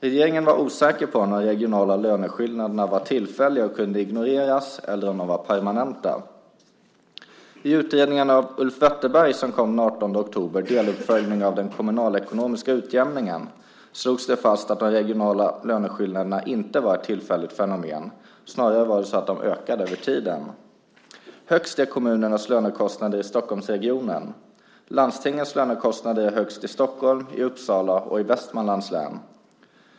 Regeringen var osäker om de regionala löneskillnaderna var tillfälliga och kunde ignoreras eller om de var permanenta. I utredningen av Ulf Wetterberg som kom den 18 oktober, Deluppföljning av den kommunalekonomiska utjämningen , slogs det fast att de regionala löneskillnaderna inte var ett tillfälligt fenomen. Snarare var det så att de ökade över tiden. Högst är kommunernas lönekostnader i Stockholmsregionen. Landstingens lönekostnader är högst i Stockholm, i Uppsala och i Västmanlands län.